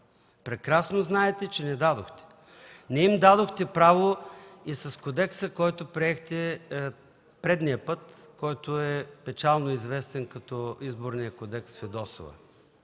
Прекрасно знаете, че не дадохте. Не им дадохте право и с кодекса, който приехте предния път, който е печално известен като Изборния кодекс Фидосова.